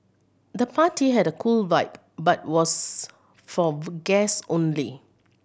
the party had a cool vibe but was for guests only